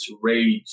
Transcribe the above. rage